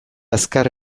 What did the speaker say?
azkar